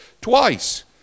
Twice